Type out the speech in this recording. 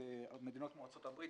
מדינות כמו ארצות הברית,